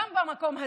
גם במקום הזה.